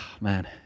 man